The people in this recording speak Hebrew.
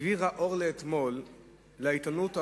העבירה אור לאתמול לעיתונות העולמית,